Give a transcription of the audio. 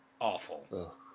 awful